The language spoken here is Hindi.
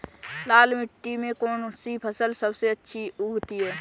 लाल मिट्टी में कौन सी फसल सबसे अच्छी उगती है?